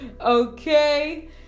Okay